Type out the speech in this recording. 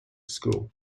school